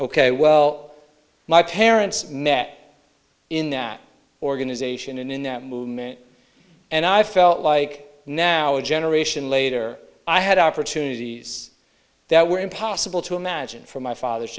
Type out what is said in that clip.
ok well my parents met in that organization and in that movement and i felt like now a generation later i had opportunities that were impossible to imagine from my father's